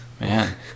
Man